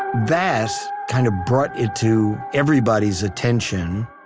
that kind of brought it to everybody's attention.